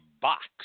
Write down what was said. box